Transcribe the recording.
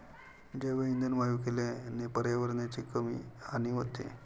जैवइंधन वायू केल्याने पर्यावरणाची कमी हानी होते